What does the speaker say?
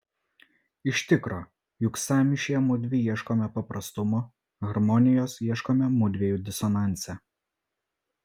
iš tikro juk sąmyšyje mudvi ieškome paprastumo harmonijos ieškome mudviejų disonanse